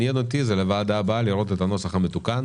אני מבקש לישיבה הבאה להעביר אלינו את הנוסח המתוקן.